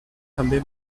també